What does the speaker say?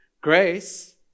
Grace